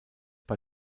bei